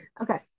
Okay